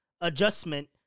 adjustment